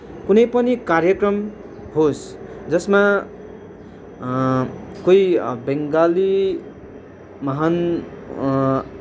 कुनै पनि कार्यक्रम होस् जसमा कोही बेङ्गाली महान